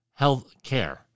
healthcare